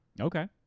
Okay